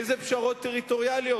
איזה פשרות טריטוריאליות?